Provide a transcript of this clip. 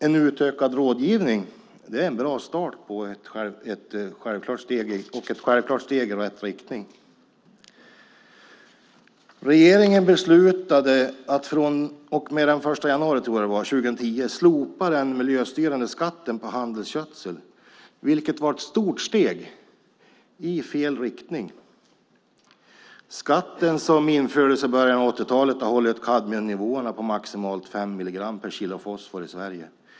En utökad rådgivning är en bra start och ett självklart steg i rätt riktning. Regeringen beslutade att från den 1 januari 2010 slopa den miljöstyrande skatten på handelsgödsel, vilket var ett stort steg i fel riktning. Skatten, som infördes i början av 80-talet, har hållit kadmiumnivåerna i Sverige på maximalt fem milligram per kilo fosfor.